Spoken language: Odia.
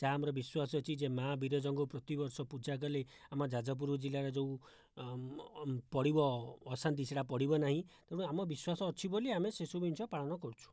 ଯାହା ଆମର ବିଶ୍ଵାସ ଅଛି ଯେ ମା' ବିରଜାଙ୍କୁ ପ୍ରତି ବର୍ଷ ପୂଜା କଲେ ଆମ ଯାଜପୁର ଜିଲ୍ଲାରେ ଯେଉଁ ପଡ଼ିବ ଅଶାନ୍ତି ସେଇଟା ପଡ଼ିବ ନାହିଁ ତେଣୁ ଆମ ବିଶ୍ଵାସ ଅଛି ବୋଲି ଆମେ ସେ ସବୁ ଜିନିଷ ପାଳନ କରୁଛୁ